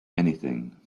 anything